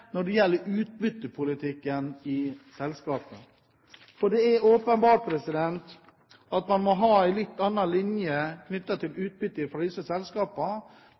når det gjelder utbyttepolitikken i selskapet. For det er åpenbart at man må ha en litt annen linje knyttet til utbytte fra disse selskapene